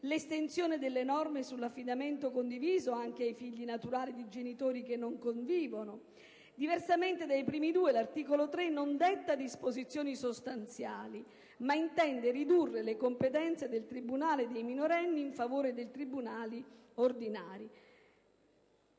l'estensione delle norme sull'affidamento condiviso anche ai figli naturali di genitori che non convivono. Diversamente dai primi due articoli, l'articolo 3 non detta disposizioni sostanziali, ma tende a ridurre le competenze del tribunale dei minorenni in favore dei tribunali ordinari.